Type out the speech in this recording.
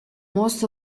most